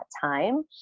time